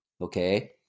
Okay